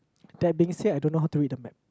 that being said I don't know how to read a map